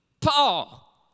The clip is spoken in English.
Paul